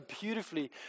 beautifully